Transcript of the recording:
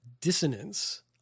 dissonance